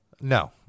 No